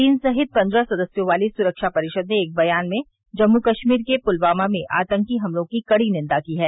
चीन सहित पन्द्रह सदस्यो वाली सुरक्षा परिषद ने एक बयान में जम्मू कश्मीर के पुलवामा में आतंकी हमलों की कड़ी निन्दा की है